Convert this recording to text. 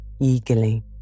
eagerly